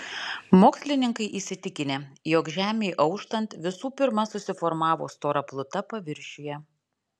mokslininkai įsitikinę jog žemei auštant visų pirma susiformavo stora pluta paviršiuje